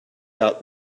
out